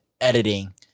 editing